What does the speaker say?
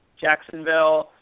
Jacksonville